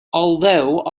although